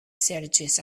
serĉis